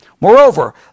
Moreover